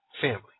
family